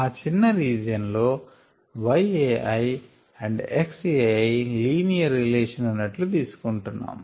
ఆ చిన్న రీజియన్ లో yAi and xAiలీనియర్ రిలేషన్ ఉన్నట్లు తీసుకొంటున్నాము